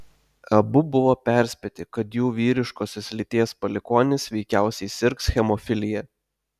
abu buvo perspėti kad jų vyriškosios lyties palikuonis veikiausiai sirgs hemofilija